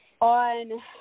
On